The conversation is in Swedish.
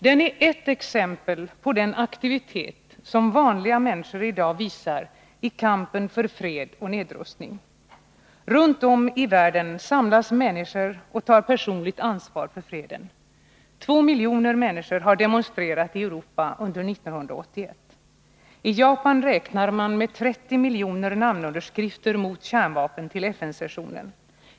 Den är ett exempel på den aktivitet som vanliga människor i dag visar i kampen för fred och nedrustning. Runt om i världen samlas människor och tar personligt ansvar för freden. Två miljoner människor har demonstrerat i Europa under 1981. I Japan räknar man med 30 miljoner namnunderskrifter mot kärnvapen till FN-sessionen.